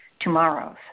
tomorrow's